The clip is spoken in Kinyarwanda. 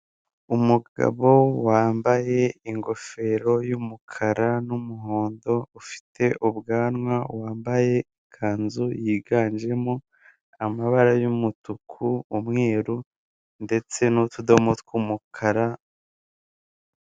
Umugabo wambaye ingofero y'umukara n'umuhondo, ufite ubwanwa wambaye ikanzu yiganjemo amabara y'umutuku, umweru ndetse n'utudomo tw'umukara...